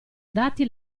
dati